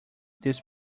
this